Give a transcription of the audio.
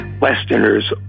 Westerners